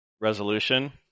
resolution